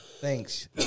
Thanks